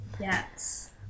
Yes